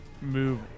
move